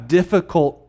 difficult